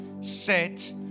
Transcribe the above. set